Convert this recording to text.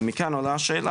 מכאן עולה השאלה,